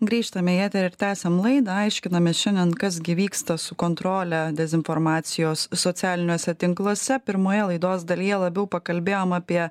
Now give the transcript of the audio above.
grįžtame į eterį ir tęsiam laidą aiškinamės šiandien kas gi vyksta su kontrole dezinformacijos socialiniuose tinkluose pirmoje laidos dalyje labiau pakalbėjom apie